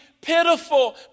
pitiful